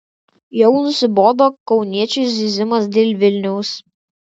jau nusibodo kauniečių zyzimas dėl vilniaus